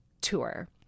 tour